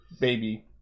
baby